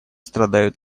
страдают